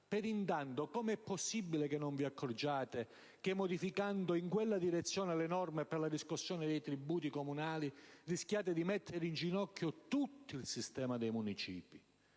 Per il momento, com'è possibile che non vi accorgiate che modificando in quella direzione le norme per la riscossione dei tributi comunali rischiate di mettere in ginocchio tutto il sistema dei municipi?